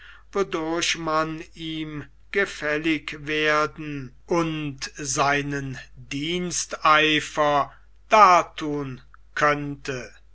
wodurch man ihm gefällig werden und seinen diensteifer darthun könnte